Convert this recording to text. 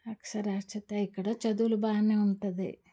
అక్షరాచ్యాత ఇక్కడ చదువులు బాగానే ఉంటుంది